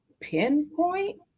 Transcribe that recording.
pinpoint